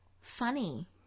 funny